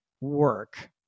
work